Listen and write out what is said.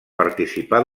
participar